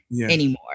anymore